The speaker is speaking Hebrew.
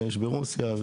ויש ברוסיה,